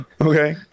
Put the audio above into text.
Okay